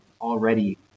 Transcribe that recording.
already